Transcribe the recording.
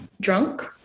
drunk